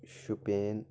Shopian